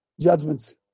Judgment's